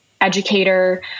educator